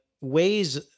ways